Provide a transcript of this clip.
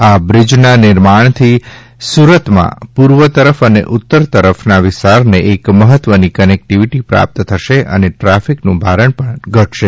આ બ્રીજના નિર્માણથી સુરત માં પૂર્વ તરફ અને ઉત્તર તરફના વિસ્તારને એક મહત્વની કનેકટીવીટી પ્રાપ્ત થશે અને ટ્રાફિકનું ભારણ પણ ઘટશે